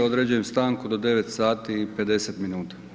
Određujem stanku do 9 sati i 50 minuta.